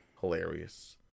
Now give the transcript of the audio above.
Hilarious